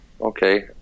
okay